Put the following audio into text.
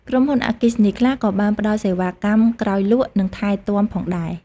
ក្រុមហ៊ុនអគ្គីសនីខ្លះក៏មានផ្តល់សេវាកម្មក្រោយលក់ និងថែទាំផងដែរ។